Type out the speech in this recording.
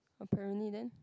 apparently then